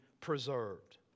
preserved